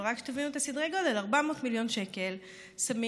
אבל רק שתבינו את סדרי הגודל: 400 מיליון שקל שמים